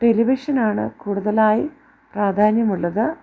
ടെലിവിഷനാണ് കൂടുതലായി പ്രാധാന്യമുള്ളത്